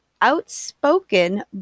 outspoken